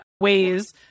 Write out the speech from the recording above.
ways